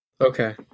Okay